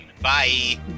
Bye